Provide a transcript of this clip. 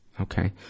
Okay